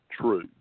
true